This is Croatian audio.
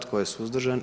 Tko je suzdržan?